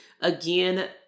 Again